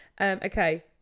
Okay